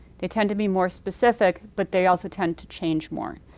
they tend to be more specific but they also tend to change more,